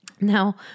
Now